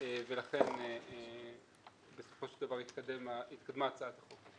ולכן בסופו של דבר התקדמה הצעת החוק הזאת.